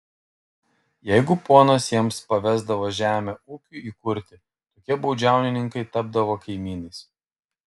jeigu ponas jiems pavesdavo žemę ūkiui įkurti tokie baudžiauninkai tapdavo kaimynais